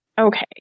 Okay